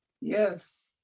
Yes